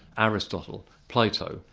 aristotle, plato,